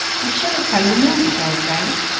you should have come to me, began frank.